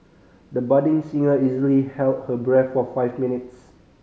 the budding singer easily held her breath for five minutes